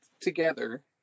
together